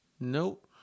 Nope